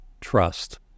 trust